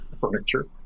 furniture